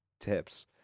tips